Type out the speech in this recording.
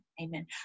Amen